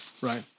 right